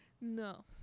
No